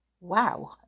Wow